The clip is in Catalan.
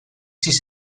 sis